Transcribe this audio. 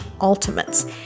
ultimates